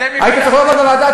היית צריך לבוא לוועדה,